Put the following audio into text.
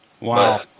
Wow